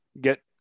get